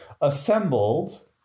assembled